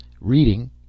Reading